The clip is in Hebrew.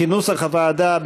כנוסח הוועדה,